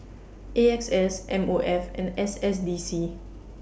A X S M O F and S S D C